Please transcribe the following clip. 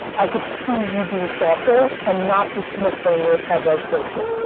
i could see you being thoughtful, and not dismissing it as like bullshit.